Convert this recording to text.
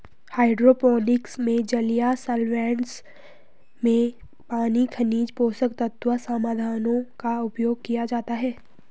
hydroponics में जलीय solvents में पानी खनिज पोषक तत्व समाधानों का उपयोग किया जाता है